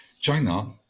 China